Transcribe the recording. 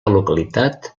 localitat